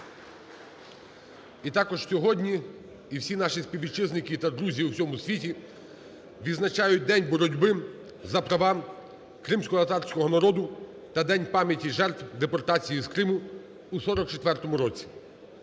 І також сьогодні в всі наші співвітчизники та друзі у всьому світі відзначають День боротьби за права кримськотатарського народу та День пам'яті жертв депортації з Криму у 44-му році.